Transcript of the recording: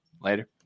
later